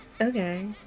Okay